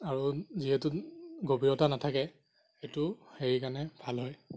আৰু যিহেতু গভীৰতা নাথাকে সেইটো সেইকাৰণে ভাল হয়